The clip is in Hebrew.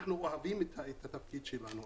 אנחנו אוהבים את התפקיד שלנו,